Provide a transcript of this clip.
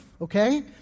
okay